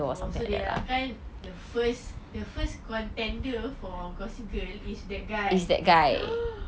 oh so they're kirakan the first the first contender for gossip girl is that guy